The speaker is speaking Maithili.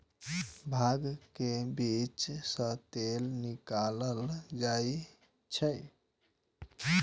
भांग के बीज सं तेल निकालल जाइ छै